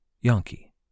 Yankee